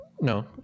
No